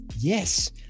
yes